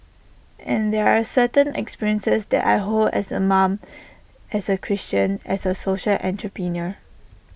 and there are certain experiences that I hold as A mom as A Christian as A social entrepreneur